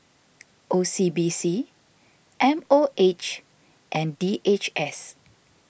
O C B C M O H and D H S